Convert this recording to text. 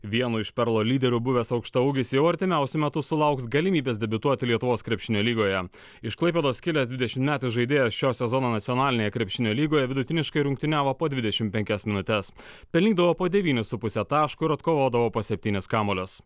vienu iš perlo lyderių buvęs aukštaūgis jau artimiausiu metu sulauks galimybės debiutuoti lietuvos krepšinio lygoje iš klaipėdos kilęs dvidešimtmetis žaidėjas šio sezono nacionalinėje krepšinio lygoje vidutiniškai rungtyniavo po dvidešimt penkias minutes pelnydavo po devynis su puse taško ir atkovodavo po septynis kamuolius